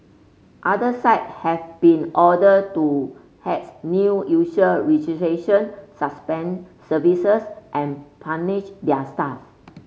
other site have been ordered to hat new usual registration suspend services and punish their staff